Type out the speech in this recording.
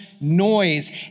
noise